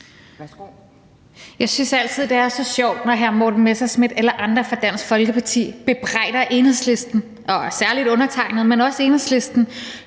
Jeg synes altid, det er så sjovt, når hr. Morten Messerschmidt og andre fra Dansk Folkeparti bebrejder Enhedslisten – og særligt undertegnet, men også bare Enhedslisten